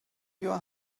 your